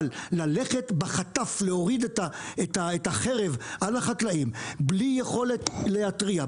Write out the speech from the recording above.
אבל ללכת בחטף להוריד את החרב על החקלאים בלי יכולת להתריע,